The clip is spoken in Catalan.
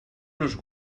nos